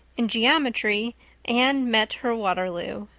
in geometry anne met her waterloo.